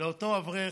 אותו אברך,